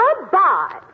Goodbye